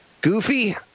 Goofy